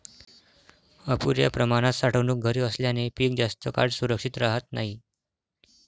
अपुर्या प्रमाणात साठवणूक घरे असल्याने पीक जास्त काळ सुरक्षित राहत नाही